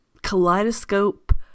kaleidoscope